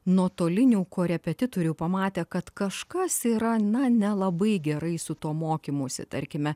nuotolinių korepetitorių pamatę kad kažkas yra na nelabai gerai su to mokymusi tarkime